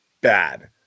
bad